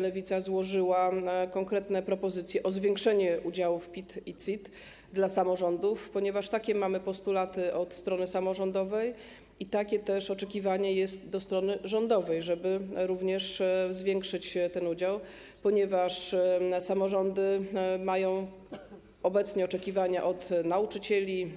Lewica złożyła konkretne propozycje dotyczące zwiększenia udziałów PIT i CIT dla samorządów, ponieważ takie mamy postulaty ze strony samorządowej i takie też jest oczekiwanie w stosunku do strony rządowej, żeby zwiększyć ten udział, ponieważ samorządy mają obecnie oczekiwania od nauczycieli,